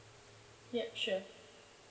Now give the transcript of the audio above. ya sure